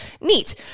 neat